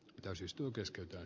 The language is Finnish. etäisyys tuo keskeltä l